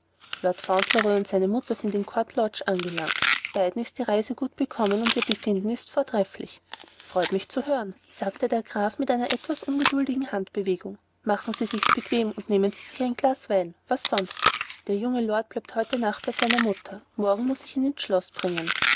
und seine mutter sind in court lodge angelangt beiden ist die reise gut bekommen und ihr befinden ist vortrefflich freut mich zu hören sagte der graf mit einer etwas ungeduldigen handbewegung machen sie sich's bequem und nehmen sie ein glas wein was sonst der junge lord bleibt heute nacht bei seiner mutter morgen werde ich ihn ins schloß bringen